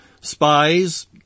spies